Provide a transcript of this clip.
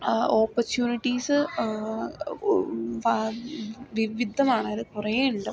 ആ ഓപ്പർച്യുണിറ്റിസ് വിവിധമാണ് അത് കുറേ ഉണ്ട്